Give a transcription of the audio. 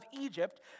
Egypt